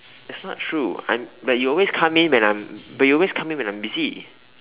that's not true I'm but you always come in when I'm but you always come in when I'm busy